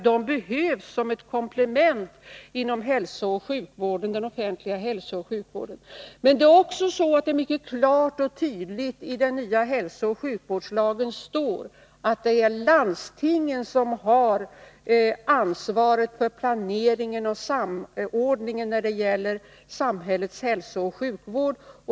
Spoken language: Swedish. Dessa behövs som ett komplement till den offentliga hälsooch sjukvården. Men det är också så att det mycket klart och tydligt i den nya hälsooch sjukvårdslagen står att det är landstingen som har ansvaret för planeringen och samordningen när det gäller samhällets hälsooch sjukvård.